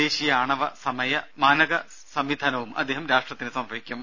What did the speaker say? ദേശീയ ആണവ സമയ മാനക സംവിധാനവും അദ്ദേഹം രാഷ്ട്രത്തിന് സമർപ്പിക്കും